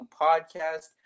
podcast